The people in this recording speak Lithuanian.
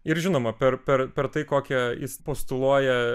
ir žinoma per per per tai kokią jis postuluoja